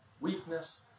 weakness